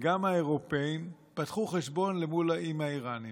וגם האירופים פתחו חשבון עם האיראנים,